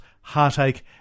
heartache